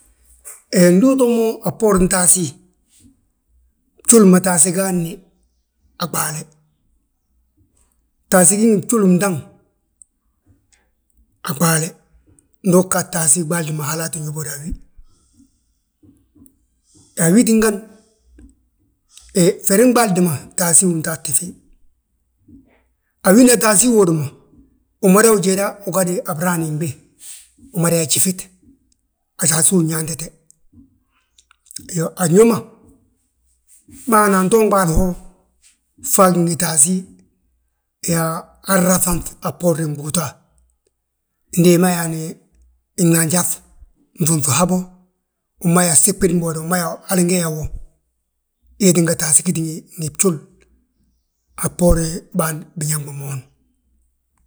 Ndu utoo mo a bboorin taasí, bjúl ma taasí gaadni a ɓaale, taasí gí ngi bjuli mdaŋ a ɓaale. Ndu uu ggaadi taasí ɓaaldi ma halaa ttin yóbodi a wi, yaa wi tíngani? ferin ɓaaldi ma, taasí untaasti fí, a wina taasí uwodi ma. A wina taasí uwodi ma agadu a braani gbii, umada yaa jifit, a taasí win yaantite. Iyoo, anyo ma, bâyaana anton ɓaali ho, fo agí ngi taasí yaa aa rraŧaŧ a bboorni mbúuta. Ndi hi ma yaani umada siɓidi mbooda, uma yaa hali nge yaa wo, wee tínga taasí giti ngi bjul a bboorin bâan biñaŋ bi moon.